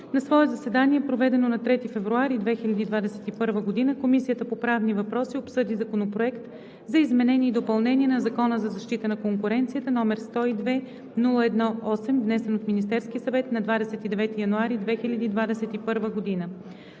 На свое заседание, проведено на 3 февруари 2021 г., Комисията по правни въпроси обсъди Законопроект за изменение и допълнение на Закона за защита на конкуренцията, № 102-01-8, внесен от Министерския съвет на 29 януари 2021 г.